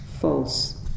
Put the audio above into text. false